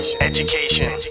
education